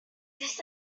this